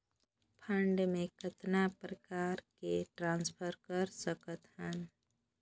Fund मे कतना प्रकार से ट्रांसफर कर सकत हन?